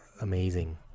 amazing